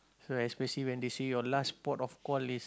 so especially when they see your last port of call is